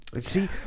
See